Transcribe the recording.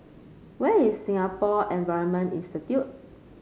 where is Singapore Environment Institute